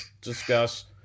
discuss